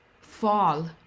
fall